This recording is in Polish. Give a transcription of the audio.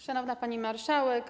Szanowna Pani Marszałek!